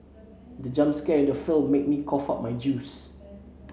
the jump scare in the film made me cough out my juice